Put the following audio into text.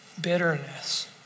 Bitterness